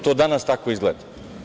To danas tako izgleda.